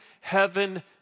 heaven